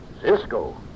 Cisco